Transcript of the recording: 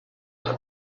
alla